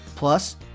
Plus